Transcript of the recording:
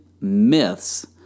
myths